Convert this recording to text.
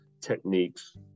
techniques